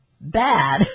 bad